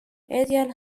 adele